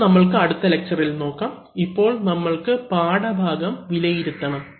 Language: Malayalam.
ഇത് നമ്മൾക്ക് അടുത്ത ലെക്ച്ചറിൽ നോക്കാം ഇപ്പോൾ നമ്മൾക്ക് പാഠഭാഗം വിലയിരുത്തണം